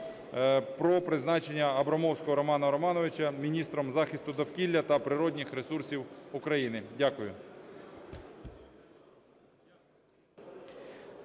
про призначення Абрамовського Романа Романовича міністром захисту довкілля та природних ресурсів України. Дякую.